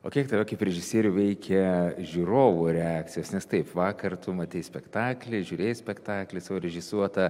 o kiek tave kaip režisierių veikia žiūrovų reakcijos nes taip vakar tu matei spektaklį žiūrėjai spektaklį savo režisuotą